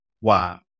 Wow